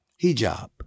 hijab